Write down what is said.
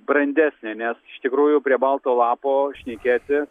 brandesnė nes iš tikrųjų prie balto lapo šnekėti